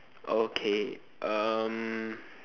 okay um